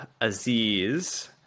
Aziz